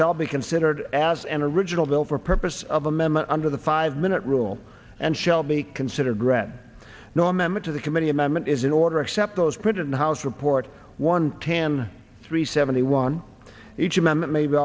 shall be considered as an original bill for purposes of amendment under the five minute rule and shall be considered grette no amendment to the committee amendment is in order except those printed in the house report one tan three seventy one h m m it may be